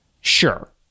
sure